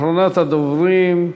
אחרונת הדוברים,